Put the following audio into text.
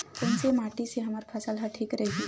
कोन से माटी से हमर फसल ह ठीक रही?